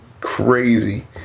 Crazy